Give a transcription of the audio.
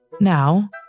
Now